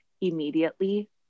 immediately